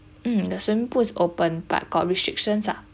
mm the swimming pool is open but got restrictions ah